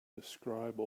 describe